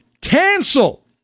cancel